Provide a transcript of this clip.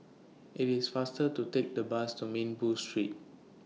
IT IS faster to Take The Bus to Minbu Road